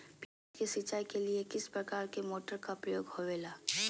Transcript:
प्याज के सिंचाई के लिए किस प्रकार के मोटर का प्रयोग होवेला?